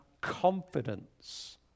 confidence